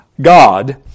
God